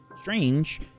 strange